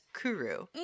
Kuru